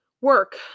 Work